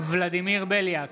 ולדימיר בליאק,